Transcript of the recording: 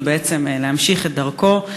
ובעצם להמשיך את דרכו.